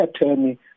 attorney